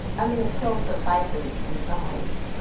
i mean, it still suffices in some ways,